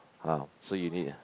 ah so you need ah